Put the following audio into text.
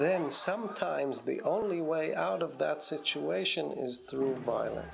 then sometimes the only way out of that situation is through violen